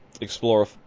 Explorer